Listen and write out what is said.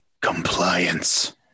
compliance